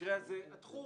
במקרה הזה התחום